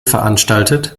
veranstaltet